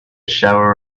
shower